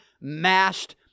mashed